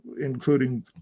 including